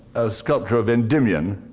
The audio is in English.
a sculpture of endymion,